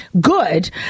good